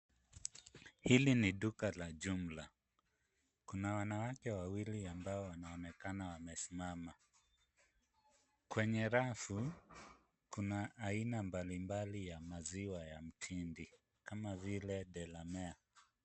Hili ni duka la jumla. Kuna wanawake wawili ambao wanaonekana wamesimama. Kwenye rafu kuna aina mbalimbali ya maziwa ya mtindi kama vile delamere.